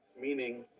meaning